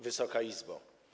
Wysoka Izbo!